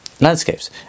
landscapes